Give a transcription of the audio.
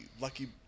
Lucky